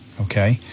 okay